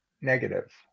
negative